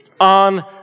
on